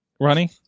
Ronnie